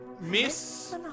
Miss